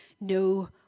no